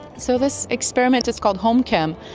so this experiment is called homechem,